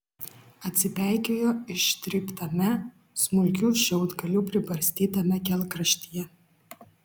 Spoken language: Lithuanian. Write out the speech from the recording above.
atsipeikėjo ištryptame smulkių šiaudgalių pribarstytame kelkraštyje